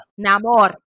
Namor